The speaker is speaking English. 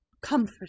Comfort